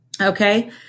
Okay